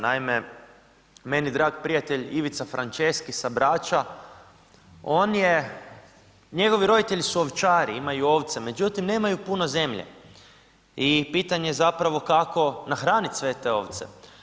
Naime, meni drag prijatelj Ivica Franceschi sa Brača, on je, njegovi roditelji su ovčari, imaju ovce, međutim, nemaju puno zemlje i pitanje je zapravo kako nahraniti sve te ovce.